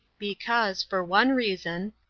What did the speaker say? because, for one reason,